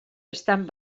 estan